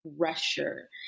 pressure